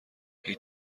هیچ